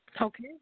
Okay